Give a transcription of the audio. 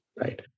right